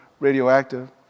radioactive